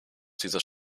dieses